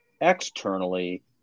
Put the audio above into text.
externally